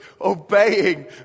Obeying